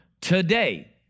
today